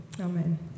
Amen